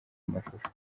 amashusho